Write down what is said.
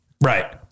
right